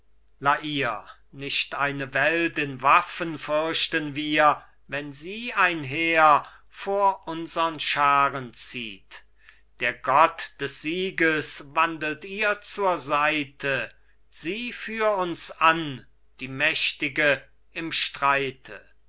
nicht eine welt in waffen fürchten wir wenn sie einher vor unsern scharen zieht der gott des sieges wandelt ihr zur seite sie führ uns an die mächtige im streite